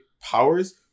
Powers